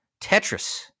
Tetris